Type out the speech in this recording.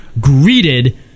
greeted